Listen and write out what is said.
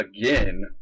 again